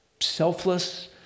selfless